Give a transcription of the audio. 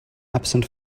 absent